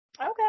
Okay